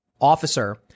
officer